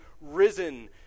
risen